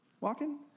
walking